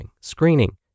screening